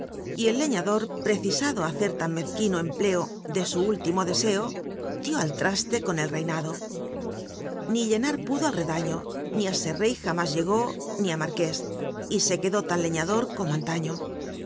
y el leiiador precisado a hacer tan mczquino empleo de su último deseo dió al traste con el reinado ni llenar pudo al redaño ni á ser rcl jamús llegó ni marr ués y se quedó tan lciiador como antaiío